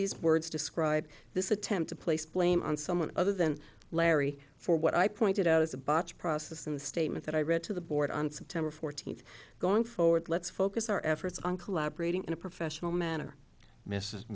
these words describe this attempt to place blame on someone other than larry for what i pointed out as a budget process in the statement that i read to the board on september fourteenth going forward let's focus our efforts on collaborating in a professional manner mrs